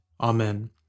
Amen